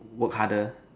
work harder